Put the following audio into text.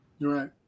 right